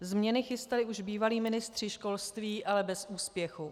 Změny chystali už bývalí ministři školství, ale bez úspěchu.